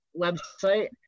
website